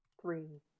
three